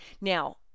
Now